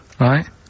right